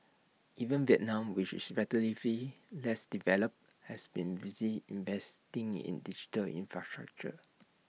even Vietnam which is relatively less developed has been busy investing in digital infrastructure